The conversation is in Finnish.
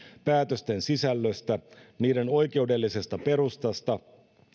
päätösten sisällöstä niiden oikeudellisesta perustasta